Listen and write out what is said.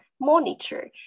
monitor